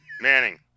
Manning